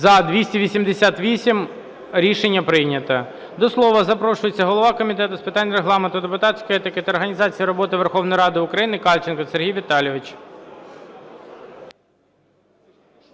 За-288 Рішення прийнято. До слова запрошується голова Комітету з питань Регламенту, депутатської етики та організації роботи Верховної Ради України Кальченко Сергій Віталійович.